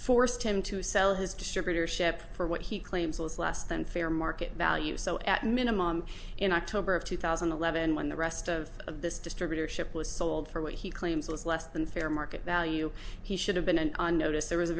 forced him to sell his distributorship for what he claims was less than fair market value so at minimum in october of two thousand and eleven when the rest of of this distributorship was sold for what he claims was less than fair market value he should have been on notice there was a